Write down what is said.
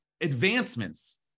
advancements